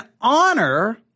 honor